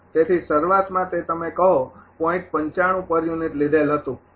તેથી શરૂઆતમાં તે તમે કહો પર યુનિટ લીધેલ હતું